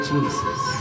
Jesus